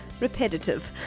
repetitive